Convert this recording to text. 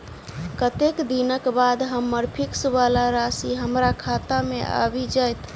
कत्तेक दिनक बाद हम्मर फिक्स वला राशि हमरा खाता मे आबि जैत?